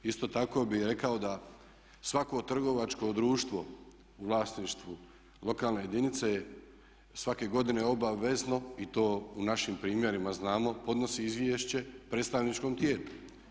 Isto tako bih rekao da svako trgovačko društvo u vlasništvu lokalne jedinice je svake godine obavezno i to u našim primjerima znamo podnosi izvješće predstavničkom tijelu.